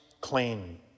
clean